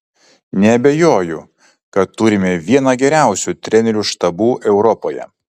neabejoju kad turime vieną geriausių trenerių štabų europoje